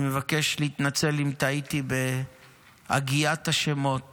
אני מבקש להתנצל אם טעיתי בהגיית השמות